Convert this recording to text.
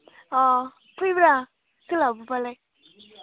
अ फैब्रा सोलाबोबालाय